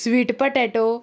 sweet potato